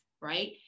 right